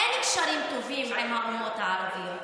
אין קשרים טובים עם האומות הערביות.